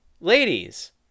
ladies